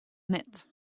net